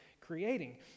creating